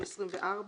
224,